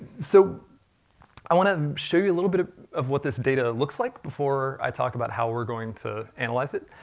so i want to show you a little bit of what this data looks like before i talk about how we're going to analyze it.